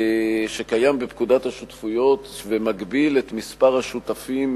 שקיים בפקודת השותפויות ומגביל את מספר השותפים